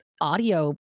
audio